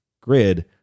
grid